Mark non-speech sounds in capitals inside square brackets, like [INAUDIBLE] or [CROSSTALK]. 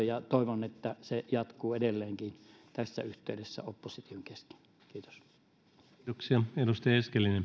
[UNINTELLIGIBLE] ja toivon että se jatkuu edelleenkin tässä yhteydessä opposition kesken kiitos